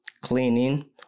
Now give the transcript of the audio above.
cleaning